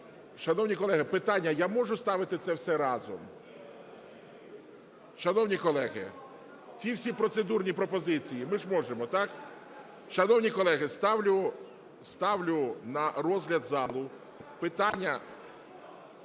Шановні колеги, питання, я можу ставити це все разом? Шановні колеги, ці всі процедурні пропозиції ми ж можемо, так? Шановні колеги, ставлю на розгляд залу питання...